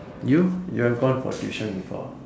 you you have gone for tuition before